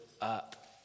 up